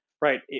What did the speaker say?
right